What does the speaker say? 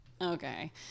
okay